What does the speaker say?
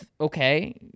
okay